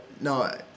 no